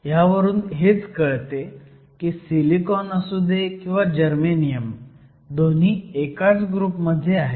ह्यावरून हेच कळते की सिलिकॉन असु दे किंवा जर्मेनियम दोन्ही एकाच ग्रुप मध्ये आहेत